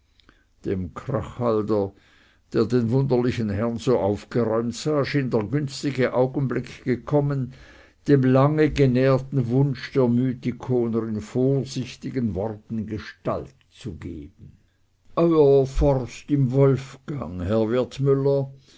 dem krachhalder der den wunderlichen herrn so aufgeräumt sah schien der günstige augenblick gekommen dem lange genährten wunsche der mythikoner in vorsichtigen worten gestalt zu geben euer forst im wolfgang herr